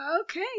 Okay